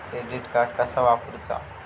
Credit card कसा वापरूचा?